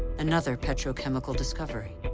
and another petrochemical discovery.